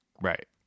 right